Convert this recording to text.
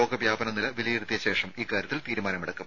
രോഗവ്യാപന നില വിലയിരുത്തി ശേഷം ഇക്കാര്യത്തിൽ തീരുമാനമെടുക്കും